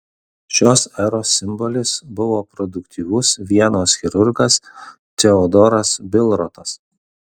šios eros simbolis buvo produktyvus vienos chirurgas teodoras bilrotas